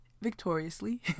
victoriously